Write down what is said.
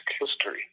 history